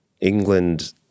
England